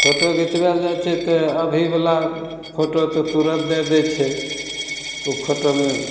photo घिचबैले जाइ छिए तऽ अभीवला फोटो तऽ तुरन्त दै दइ छै ओ फोटोमे